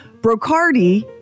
Brocardi